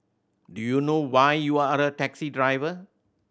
do you know why you're the taxi driver